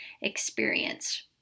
experienced